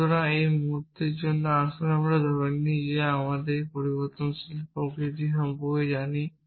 সুতরাং এই মুহুর্তের জন্য আসুন আমরা ধরে নিই যে আমরা একটি পরিবর্তনশীলের প্রকৃতি জানি